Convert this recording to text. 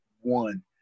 one